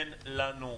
אין לנו,